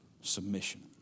submission